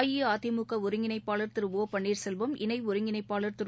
அஇஅதிமுக ஒருங்கிணைப்பாளர் திரு ஒ பன்னீர்செல்வம் இணை ஒருங்கிணைப்பாளர் திரு